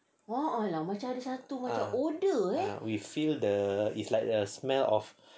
we feel the it's like the smell of